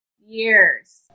years